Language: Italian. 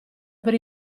per